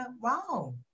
wow